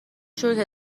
شکر